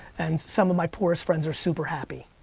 and some of my poorest friends are super happy,